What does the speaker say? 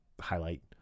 Highlight